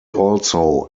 also